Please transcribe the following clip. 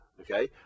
Okay